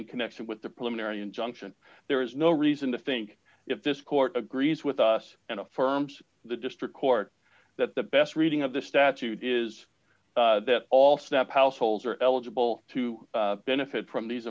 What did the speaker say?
in connection with the preliminary injunction there is no reason to think if this court agrees with us and affirms the district court that the best reading of the statute is that all snap households are eligible to benefit from these